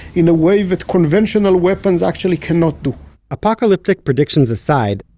in a way that conventional weapons actually cannot do apocalyptic predictions aside,